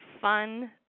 fun